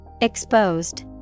Exposed